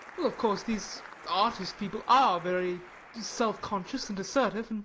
of course these artist people are very self-conscious and assertive and